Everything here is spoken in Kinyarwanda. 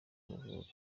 amavubi